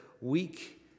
weak